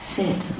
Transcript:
sit